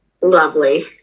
lovely